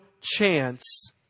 chance